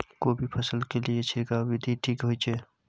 कोबी फसल के लिए छिरकाव विधी ठीक होय छै?